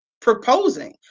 proposing